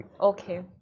Okay